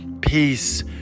peace